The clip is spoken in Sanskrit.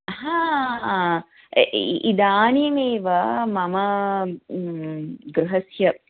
हाा इदानीमेव मम गृहस्य